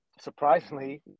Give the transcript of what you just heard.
surprisingly